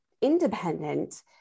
independent